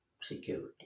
security